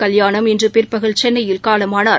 கல்யாணம் இன்றுபிற்பகலில் சென்னையில் காலமானார்